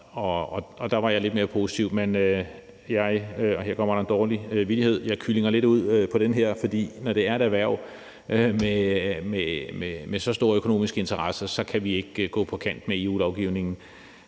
og der var jeg lidt mere positiv, men jeg – her kommer der en dårlig vittighed – kyllinger lidt ud af det her, for når det er et erhverv med så store økonomiske interesser, kan vi ikke gå på kant med EU-lovgivningen,